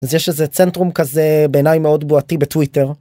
אז יש איזה צנטרום כזה בעיניי מאוד בועתי בטוויטר.